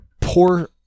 poor